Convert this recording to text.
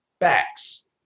facts